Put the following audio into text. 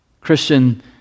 Christian